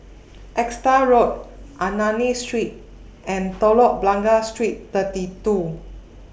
Exeter Road Ernani Street and Telok Blangah Street thirty two